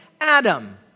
Adam